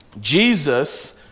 Jesus